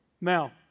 Now